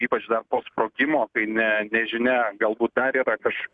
ypač dar po sprogimo kai ne nežinia galbūt dar yra kaž